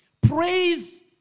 Praise